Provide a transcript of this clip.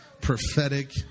prophetic